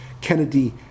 Kennedy